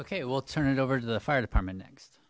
okay we'll turn it over to the fire department next